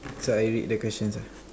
so I read the questions ah